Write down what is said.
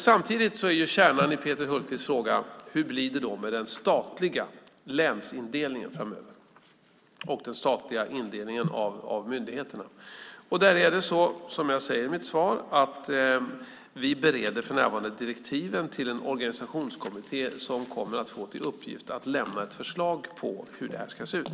Samtidigt är kärnan i Peter Hultqvists fråga: Hur blir det då med den statliga länsindelningen och den statliga indelningen av myndigheter framöver? Som jag säger i mitt svar bereder vi för närvarande direktiven till en organisationskommitté som kommer att få till uppgift att lämna ett förslag på hur indelningen ska se ut.